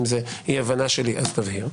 אם זאת אי הבנה שלי, תבהיר.